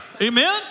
Amen